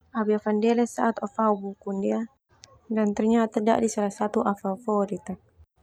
Au be afandele saat oh fau buku ndia dan ternyata dadi salah satu au favorit ah.